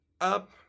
up